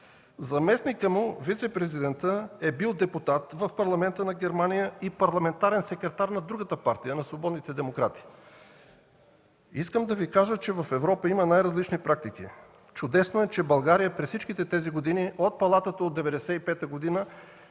Заместникът му – вицепрезидентът, е бил депутат в Парламента на Германия и парламентарен секретар на другата партия – на свободните демократи. В Европа има най-различни практики. Чудесно е, че България през всичките тези години – от 1995 г.